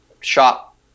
shop